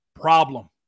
Problem